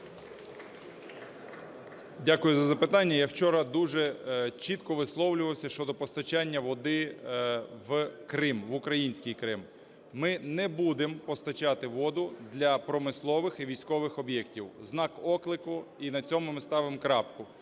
Дякую за запитання. Я вчора дуже чітко висловлювався щодо постачання води в Крим, в український Крим. Ми не будемо постачати воду для промислових і військових об'єктів. Знак оклику. І на цьому ми ставимо крапку.